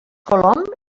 colom